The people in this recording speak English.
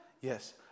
Yes